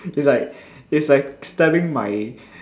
it's like it's like stabbing my